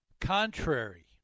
contrary